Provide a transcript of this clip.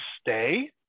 stay